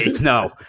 No